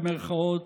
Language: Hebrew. במירכאות,